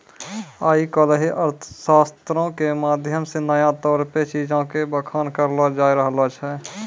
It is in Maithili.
आइ काल्हि अर्थशास्त्रो के माध्यम से नया तौर पे चीजो के बखान करलो जाय रहलो छै